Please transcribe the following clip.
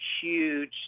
huge